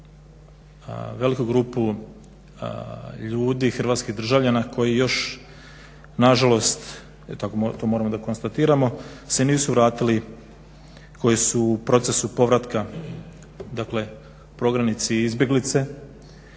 veliku grupu ljudi, hrvatskih državljana koji još na žalost, to moramo da konstatiramo, se nisu vratili, koji su u procesu povratka dakle prognanici i izbeglice.